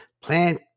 plant-